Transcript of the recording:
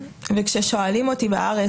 כששואלים אותי בארץ: